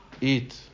eat